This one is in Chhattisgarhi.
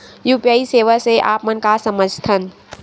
यू.पी.आई सेवा से आप मन का समझ थान?